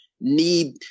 need